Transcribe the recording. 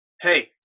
Hey